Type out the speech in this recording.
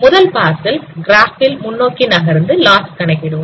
முதல் பாஸ் ல் கிராப் ல் முன்னோக்கி நகர்ந்து லாஸ் கணக்கிடுவோம்